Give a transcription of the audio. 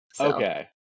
Okay